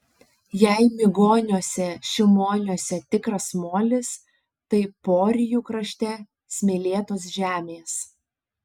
jeigu migoniuose šimoniuose tikras molis tai porijų krašte smėlėtos žemės